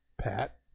Pat